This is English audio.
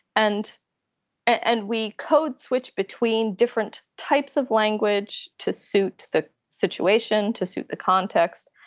and and we code switch between different types of language to suit the situation to suit the context.